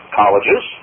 colleges